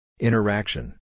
Interaction